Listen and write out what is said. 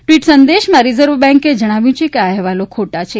ટ્વીટમાં રિઝર્વ બેન્કે જણાવ્યું છે કે આ અહેવાલો ખોટા છે